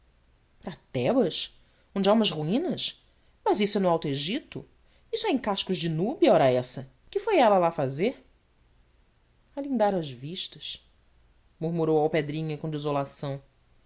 para tebas onde há umas ruínas mas isso é no alto egito isso é em cascos de núbia ora essa que foi ela lá fazer alindar as vistas murmurou alpedrinha com desolação